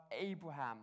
Abraham